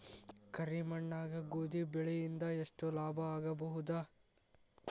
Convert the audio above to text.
ಕರಿ ಮಣ್ಣಾಗ ಗೋಧಿ ಬೆಳಿ ಇಂದ ಎಷ್ಟ ಲಾಭ ಆಗಬಹುದ?